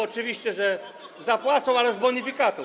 Oczywiście, że zapłacą, ale z bonifikatą.